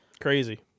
Crazy